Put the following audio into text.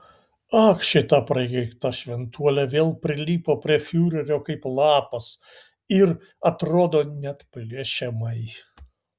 ak šita prakeikta šventuolė vėl prilipo prie fiurerio kaip lapas ir atrodo neatplėšiamai